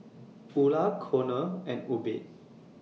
Ula Conor and Obed